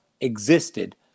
existed